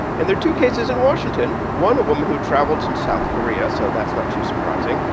and there are two cases in washington one, a woman who traveled in south korea, so that's not too surprising.